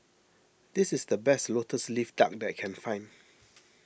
this is the best Lotus Leaf Duck that I can find